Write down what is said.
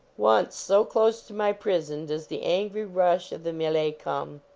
once, so close to my prison does the angry rush of the melee come,